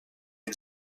est